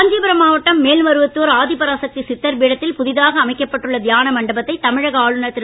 காஞ்சிபுரம் மாவட்டம் மேல்மருவத்தார் ஆதிபராசக்தி சித்தர் பீடத்தில் புதிதாக அமைக்கப்பட்டுள்ள தியான மண்டபத்தை தமிழக ஆளுனர் திரு